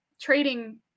trading